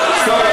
טוב,